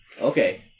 okay